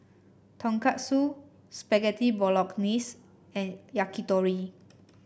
Tonkatsu Spaghetti Bolognese and Yakitori